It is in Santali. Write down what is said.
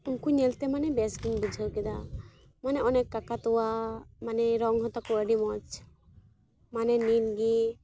ᱩᱱᱠᱩ ᱧᱮᱞᱛᱮ ᱢᱟᱱᱮ ᱵᱮᱥᱜᱮᱧ ᱵᱩᱡᱷᱟᱹᱣ ᱠᱮᱫᱟ ᱢᱟᱱᱮ ᱚᱱᱮᱠ ᱠᱟᱠᱟᱛᱩᱣᱟ ᱢᱟᱱᱮ ᱨᱚᱝᱦᱚᱸ ᱛᱟᱠᱚ ᱟᱹᱰᱤ ᱢᱚᱡᱽ ᱢᱟᱱᱮ ᱱᱤᱞᱜᱮ